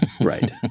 Right